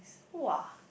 !wah!